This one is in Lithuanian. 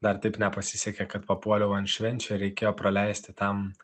dar taip nepasisekė kad papuoliau ant švenčių reikėjo praleisti tam